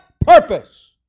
purpose